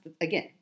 again